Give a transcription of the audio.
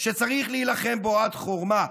שצריך להילחם בו עד חורמה.